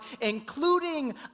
including